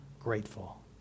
grateful